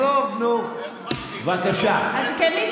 אבל אני מעורה.